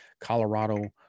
Colorado